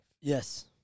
Yes